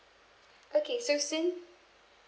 okay so sin~